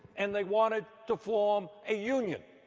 and they wanted to form a union.